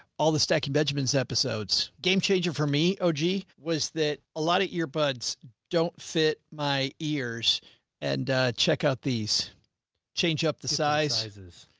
all the stacking benjamins episodes game changer for me. oh, gee. was that a lot of earbuds don't fit my ears and check out these change up the size.